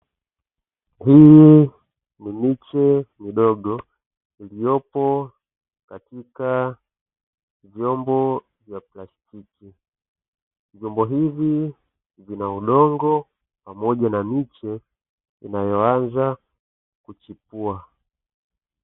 Hii ni miche midogo iliyopo katika vyombo vya plastiki. vyombo hivi vina udongo pamoja na miche inayoanza kuchipua